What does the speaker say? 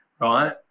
right